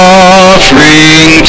offering